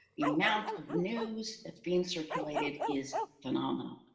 the amount of news that's being circulated is phenomenal.